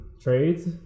trades